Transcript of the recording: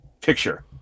picture